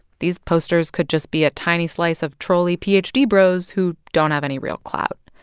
these posters could just be a tiny slice of troll-y ph d. bros who don't have any real clout.